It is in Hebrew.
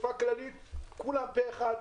באספה כללית כולם היו פה אחד.